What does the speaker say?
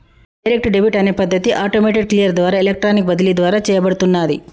direct debit అనే పద్ధతి automated clear ద్వారా ఎలక్ట్రానిక్ బదిలీ ద్వారా చేయబడుతున్నాది